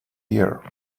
here